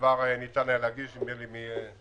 וכבר ניתן היה להגיש מאתמול,